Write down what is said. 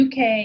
UK